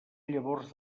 llavors